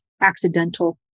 accidental